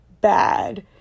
bad